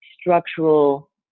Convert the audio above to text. structural